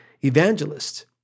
evangelist